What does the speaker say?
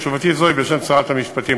תשובתי זו היא בשם שרת המשפטים,